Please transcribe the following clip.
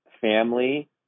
family